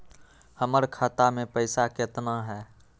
हमर खाता मे पैसा केतना है?